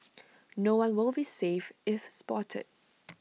no one will be safe if spotted